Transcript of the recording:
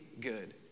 good